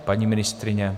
Paní ministryně?